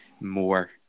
more